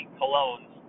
colognes